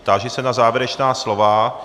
Táži se na závěrečná slova.